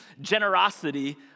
generosity